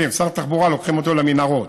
שר תחבורה, לוקחים אותו למנהרות,